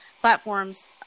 platforms